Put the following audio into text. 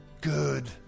good